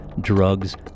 drugs